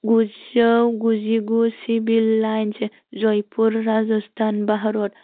गुजौ गुजिगु civil lines Jaipur Rajasthan भारतनि